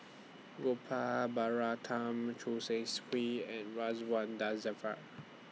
Gopal Baratham Choo Seng's Quee and Ridzwan Dzafir